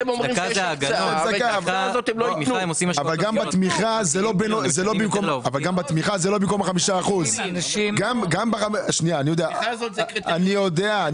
--- אבל גם בתמיכה זה לא במקום 5%. --- אני יודע,